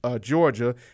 georgia